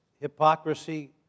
hypocrisy